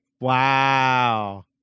wow